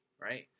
right